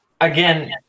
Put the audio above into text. Again